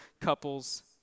couples